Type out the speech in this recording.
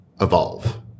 evolve